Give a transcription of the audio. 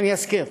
אזכיר.